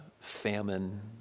famine